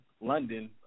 London